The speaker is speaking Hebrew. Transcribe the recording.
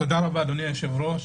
תודה אדוני היושב-ראש,